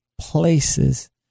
places